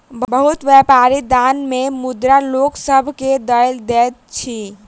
बहुत व्यापारी दान मे मुद्रा लोक सभ के दय दैत अछि